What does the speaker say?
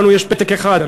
לנו יש פתק אחד,